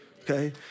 Okay